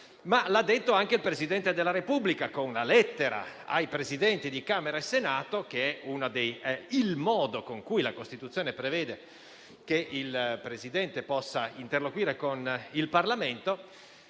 ma l'ha detto anche il Presidente della Repubblica con una lettera ai Presidenti di Camera e Senato, che è il modo con cui la Costituzione prevede che il Presidente possa interloquire con il Parlamento,